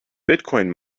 bitcoin